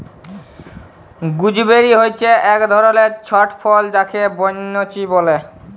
gooseberry হচ্যে এক ধরলের ছট ফল যাকে বৈনচি ব্যলে